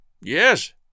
Yes